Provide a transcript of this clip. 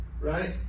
Right